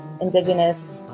indigenous